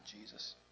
Jesus